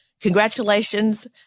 congratulations